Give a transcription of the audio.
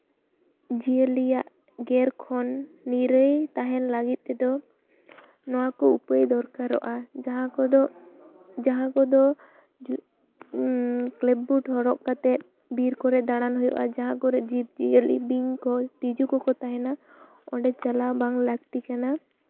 ᱡᱤᱭᱟᱹᱞᱤᱭᱟᱜ ᱜᱮᱨ ᱠᱷᱚᱱ ᱱᱤᱨᱟᱹᱭ ᱛᱟᱦᱮᱱ ᱞᱟᱹᱜᱤᱫ ᱛᱮᱫᱚ ᱱᱚᱣᱟ ᱠᱚ ᱩᱯᱟᱹᱭ ᱫᱚᱨᱠᱟᱨᱚᱜᱼᱟ ᱡᱟᱦᱟᱸ ᱠᱚᱫᱚ ᱡᱟᱦᱟᱸ ᱠᱚᱫᱚ ᱠᱞᱮᱵᱽ ᱵᱩᱴ ᱦᱚᱨᱚᱜ ᱠᱟᱛᱮ ᱵᱤᱨ ᱠᱚᱨᱮᱜ ᱫᱟᱬᱟᱱ ᱦᱩᱭᱩᱜᱼᱟ ᱡᱟᱦᱟᱸ ᱠᱚᱨᱮᱜ ᱡᱤᱵᱽᱼᱡᱤᱭᱟᱹᱞᱤ ᱵᱤᱧ ᱠᱚ ᱛᱤᱡᱩ ᱠᱚᱠᱚ ᱛᱟᱦᱮᱱᱟ ᱚᱸᱰᱮ ᱪᱟᱞᱟᱣ ᱵᱟᱝ ᱞᱟᱹᱠᱛᱤ ᱠᱟᱱᱟ